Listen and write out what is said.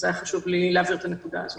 היה חשוב לי להבהיר את הנקודה הזאת.